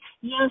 Yes